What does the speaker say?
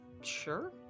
sure